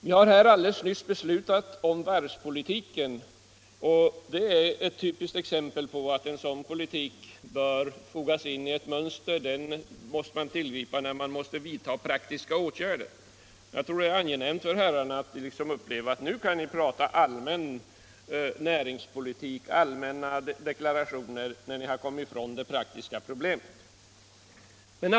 Vi har här alldeles nyss beslutat om varvspolitiken. Det är ett typiskt exempel på att en sådan politik bör fogas in i ett mönster som man måste tillgripa när man skall vidta praktiska åtgärder. Jag tror det känns angenämt för riksdagsledamöterna att uppleva att man nu kan prata allmän näringspolitik och röra sig med allmänna deklarationer, när man kommit ifrån de praktiska problemen.